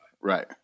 Right